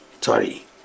sorry